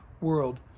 world